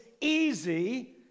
easy